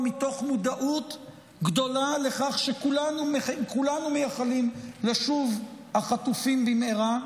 ומתוך מודעות גדולה לכך שכולנו מייחלים לשוב החטופים במהרה,